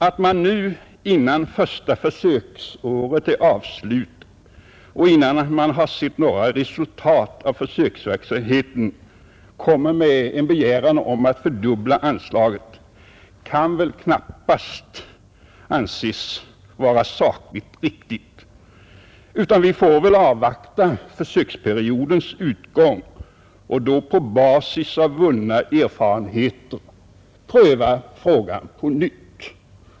Att man nu, innan första försöksåret är avslutat och innan man har sett några resultat av försöksverksamheten, kommer med en begäran om att fördubbla anslaget, kan väl knappast anses vara sakligt riktigt. Vi får väl avvakta försöksperiodens utgång och sedan på basis av vunna erfarenheter pröva frågan på nytt.